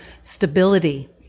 stability